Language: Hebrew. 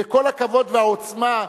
וכל הכבוד והעוצמה,